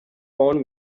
own